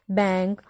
bank